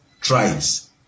tribes